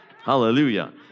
Hallelujah